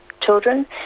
children